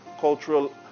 cultural